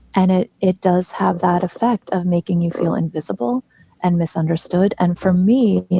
and it it does have that effect of making you feel invisible and misunderstood. and for me,